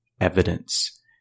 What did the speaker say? evidence